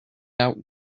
out